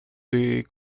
des